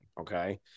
okay